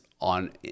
on